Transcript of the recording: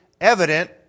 evident